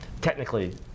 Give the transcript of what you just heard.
technically